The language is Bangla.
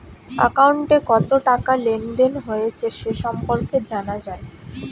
অ্যাকাউন্টে কত টাকা লেনদেন হয়েছে সে সম্পর্কে জানা যায়